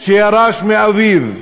שירש מאביו,